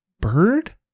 bird